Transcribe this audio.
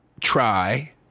try